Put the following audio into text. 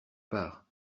part